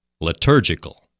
liturgical